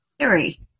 Harry